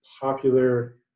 popular